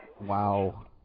Wow